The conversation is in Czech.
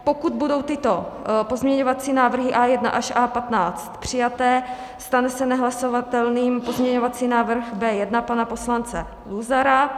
Pokud budou tyto pozměňovací návrhy A1 až A15 přijaté, stane se nehlasovatelným pozměňovací návrh B1 pana poslance Luzara.